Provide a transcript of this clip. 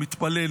מתפלל,